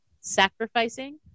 sacrificing